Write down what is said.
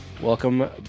Welcome